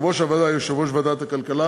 יושב-ראש הוועדה יהיה יושב-ראש ועדת הכלכלה